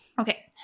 Okay